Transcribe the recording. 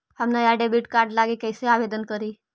हम नया debit card लागी कईसे आवेदन करी?